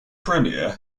premier